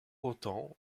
autant